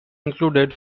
included